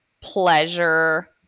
pleasure